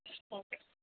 okay